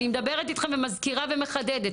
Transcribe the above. אני מדברת איתכם ומזכירה ומחדדת,